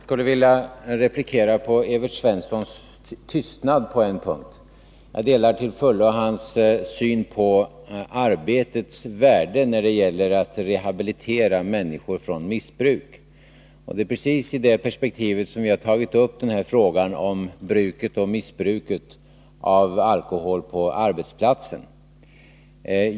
Fru talman! Jag skulle vilja replikera på Evert Svenssons tystnad på en punkt. Jag delar till fullo hans syn på arbetets värde när det gäller att rehabilitera människor från missbruk. Det är precis i det perspektivet som vi har tagit upp frågan om missbruk av alkohol på arbetsplatsen.